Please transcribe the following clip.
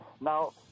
Now